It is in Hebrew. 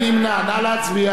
נא להצביע.